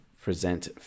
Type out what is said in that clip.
Present